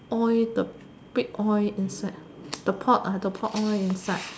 oil the pig oil inside the pork the pork oil inside